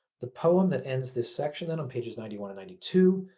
the poem that ends this section and on pages ninety one ninety two